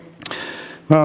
minä